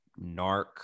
Narc